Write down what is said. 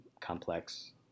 complex